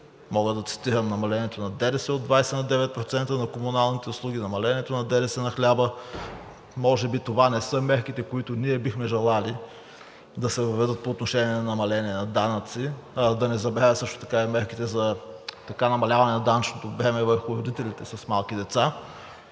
Мога да цитирам намалението на ДДС от 20 на 9% на комуналните услуги, намалението на ДДС на хляба. Може би това не са мерките, които ние бихме желали да се въведат по отношение на намаление на данъци. Да не забравя също така и мерките за намаляване на данъчното бреме върху родителите с малки деца.